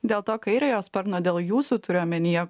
dėl to kairiojo sparno dėl jūsų turiu omenyje